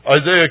Isaiah